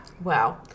Wow